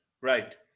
right